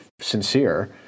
sincere